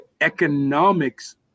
economics